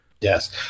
Yes